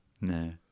No